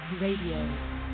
Radio